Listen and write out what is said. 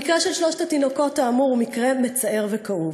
המקרה האמור של שלושת התינוקות הוא מקרה מצער וכאוב.